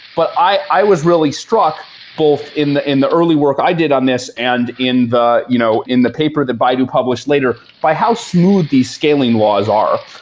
but i i was really struck both in the in the early work i did on this and in the you know in the paper that baidu published later by how smooth these scaling laws are.